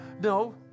no